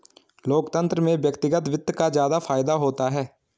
लोकतन्त्र में व्यक्तिगत वित्त का ज्यादा फायदा होता है